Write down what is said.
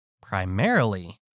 Primarily